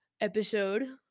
episode